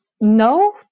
No